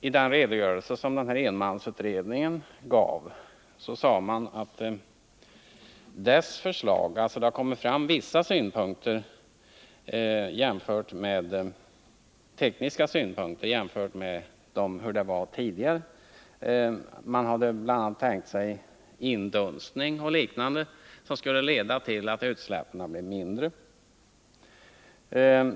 I enmansutredarens regogörelse sägs att det har kommit fram vissa tekniska synpunkter, att jämföras med hur det var tidigare. Man hade bl.a. tänkt sig indunstning och liknande åtgärder, som skulle leda till att utsläppen blev mindre.